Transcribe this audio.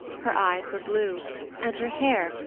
her eyes were blue and her hair,